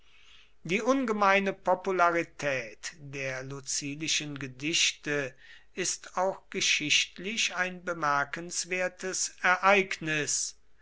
die ungemeine popularität der lucilischen gedichte ist auch geschichtlich ein bemerkenswertes ereignis